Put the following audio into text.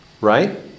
right